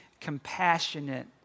compassionate